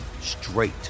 straight